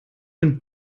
den